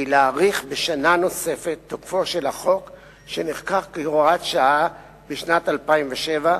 יציג לנו את הצעת החוק כבוד שר המשפטים.